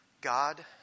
God